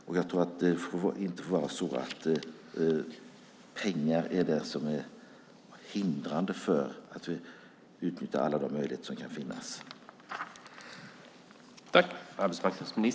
Pengar får inte vara ett hinder när det gäller att utnyttja alla möjligheter som kan finnas.